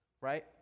right